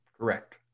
Correct